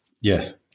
Yes